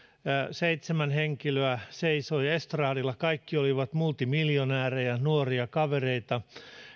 seitsemän henkilöä seisoi estradilla kaikki olivat multimiljonäärejä nuoria kavereita